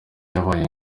yabaye